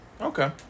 okay